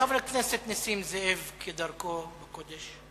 חבר הכנסת נסים זאב כדרכו בקודש.